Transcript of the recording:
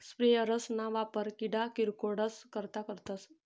sprayers ना वापर किडा किरकोडस करता करतस